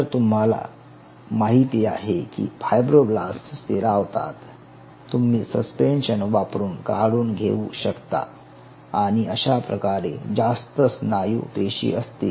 जर तुम्हाला माहिती आहे की फायब्रोब्लास्ट स्थिरावतात तुम्ही सस्पेन्शन वापरून काढून घेऊ शकता आणि अशाप्रकारे जास्त स्नायू पेशी असतील